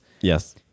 Yes